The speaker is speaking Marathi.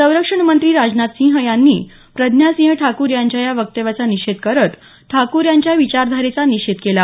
संरक्षण मंत्री राजनाथ सिंह यांनी प्रज्ञासिंह ठाकूर यांच्या या वक्तव्याचा निषेध करत ठाकूर यांच्या विचारधारेचा निषेध केला